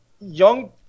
Young